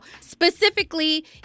specifically